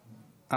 נמצא.